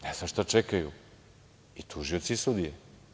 Ne znam šta čekaju i tužioci i sudije?